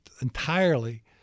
entirely